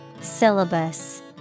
Syllabus